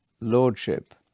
lordship